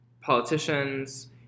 politicians